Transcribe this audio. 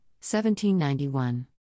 1791